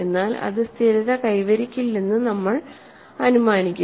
എന്നാൽ അത് സ്ഥിരത കൈവരിക്കില്ലെന്നു നമ്മൾ അനുമാനിക്കുന്നു